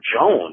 Jones